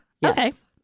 Yes